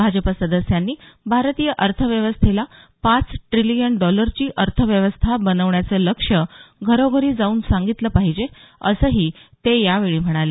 भाजप सदस्यांनी भारतीय अर्थव्यवस्थेला पाच ट्रिलीयन डॉलरची अर्थव्यवस्था बनवण्याचे लक्ष्य घरोघरी जाऊन सांगितले पाहिजे असंही ते यावेळी म्हणाले